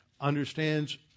understands